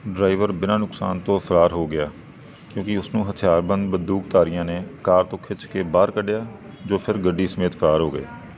driver ਬਿਨਾਂ ਨੁਕਸਾਨ ਤੋਂ ਫ਼ਰਾਰ ਹੋ ਗਿਆ ਕਿਉਂਕਿ ਉਸ ਨੂੰ ਹਥਿਆਰਬੰਦ ਬੰਦੂਕਧਾਰੀਆਂ ਨੇ ਕਾਰ ਤੋਂ ਖਿੱਚ ਕੇ ਬਾਹਰ ਕੱਢਿਆ ਜੋ ਫਿਰ ਗੱਡੀ ਸਮੇਤ ਫ਼ਰਾਰ ਹੋ ਗਏ